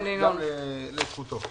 לזכותו